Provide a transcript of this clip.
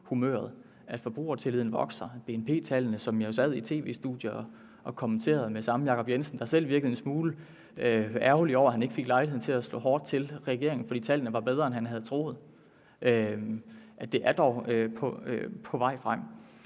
at forbrugertilliden vokser. BNP-tallene, som jeg sad i et tv-studie og kommenterede med samme Jacob Jensen, der selv virkede en smule ærgerlig over, at han ikke fik lejlighed til at slå hårdt til regeringen, fordi tallene var bedre, end han havde troet, er dog på vej frem.